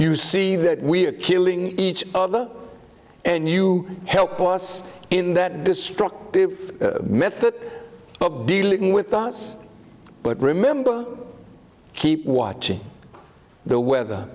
you see we are killing each other and you help us in that destructive method of dealing with us but remember keep watching the weather